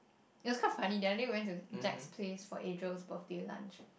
it's quite funny the other day I went to Jack's-Place for Adriel birthday lunch